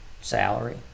salary